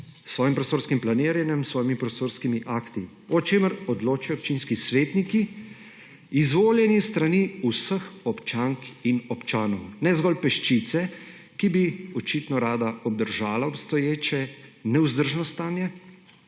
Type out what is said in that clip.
svojim prostorskim planiranjem, s svojim prostorskimi akti, o čemer odločajo občinski svetniki, izvoljeni s strani vseh občank in občanov? Ne zgolj peščice, ki bi očitno rada obdržala obstoječe nevzdržno stanje,